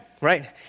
right